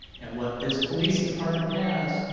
and what this police department has,